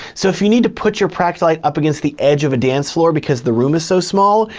so if you need to put your practilite up against the edge of a dance floor because the room is so small,